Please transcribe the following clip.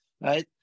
right